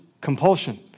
compulsion